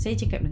mm